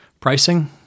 pricing